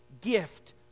gift